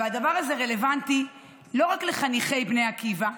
הדבר הזה רלוונטי לא רק לחניכי בני עקיבא,